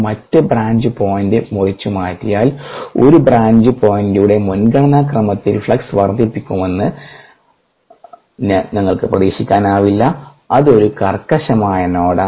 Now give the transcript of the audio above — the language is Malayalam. മറ്റ് ബ്രാഞ്ച് പോയിന്റ് മുറിച്ചുമാറ്റിയാൽ ഒരു ബ്രാഞ്ച് പോയിന്റിലൂടെ മുൻഗണനാക്രമത്തിൽ ഫ്ലക്സ് വർദ്ധിപ്പിക്കുമെന്ന് ഞങ്ങൾക്ക് പ്രതീക്ഷിക്കാനാവില്ല അത് ഒരു കർക്കശമായ നോഡാണ്